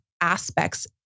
aspects